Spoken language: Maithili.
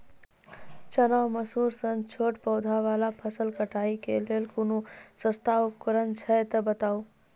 चना, मसूर सन छोट पौधा वाला फसल कटाई के लेल कूनू सस्ता उपकरण हे छै तऽ बताऊ?